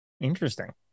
Interesting